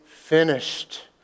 finished